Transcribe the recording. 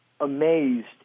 amazed